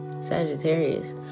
Sagittarius